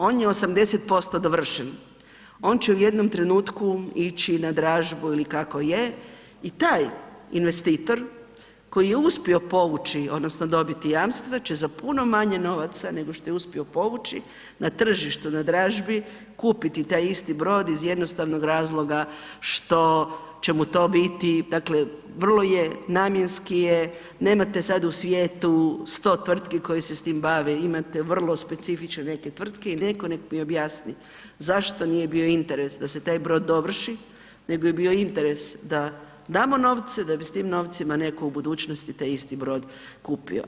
On je 80% dovršen, on će u jednom trenutku ići na dražbu ili kako je i taj investitor koji je uspio povući odnosno dobiti jamstva će za puno manje novaca nego što je uspio povući na tržištu na dražbi kupiti taj isti brod iz jednostavnog razloga što će mu to biti, dakle, vrlo je namjenski je, nemate sad u svijetu 100 tvrtki koje se s time bave, imate vrlo specifične neke tvrtke i netko neka mi objasni, zašto nije bio interes da se taj brod dovrši nego je bio interes da damo novce da bi s tim novcima netko u budućnosti taj isti brod kupio.